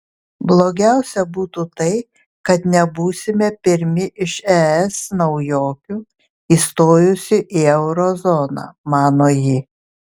blogiausia būtų tai kad nebūsime pirmi iš es naujokių įstojusių į euro zoną mano ji